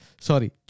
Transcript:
sorry